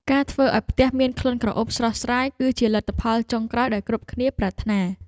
ការធ្វើឱ្យផ្ទះមានក្លិនក្រអូបស្រស់ស្រាយ គឺជាលទ្ធផលចុងក្រោយដែលគ្រប់គ្នាប្រាថ្នា។